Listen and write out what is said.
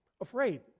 afraid